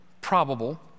probable